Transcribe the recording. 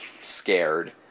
scared